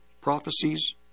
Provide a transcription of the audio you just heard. prophecies